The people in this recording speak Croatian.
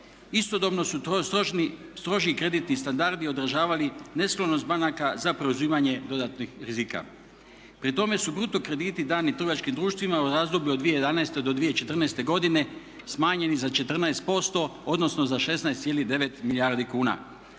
Istodobno u stroži kreditni standardi odražavali nesklonost banaka za preuzimanje dodatnih rizika. Pri tome su bruto krediti dani trgovačkim društvima u razdoblju od 2011. do 2014. smanjeni za 14%, odnosno za 16,9 milijardi kuna.